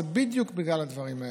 זה בדיוק בגלל הדברים האלה,